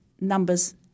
numbers